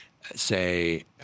say